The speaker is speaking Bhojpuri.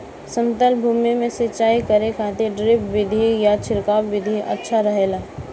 समतल भूमि में सिंचाई करे खातिर ड्रिप विधि या छिड़काव विधि अच्छा रहेला?